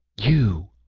you!